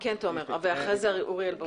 כן תומר, בבקשה, ואחרי כן אוריאל בוסו.